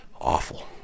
Awful